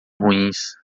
ruins